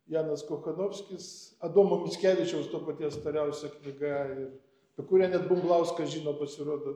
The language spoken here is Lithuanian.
janas kochanovskis adomo mickevičiaus to paties storiausia knyga ir apie kurią net bumblauskas žino pasirodo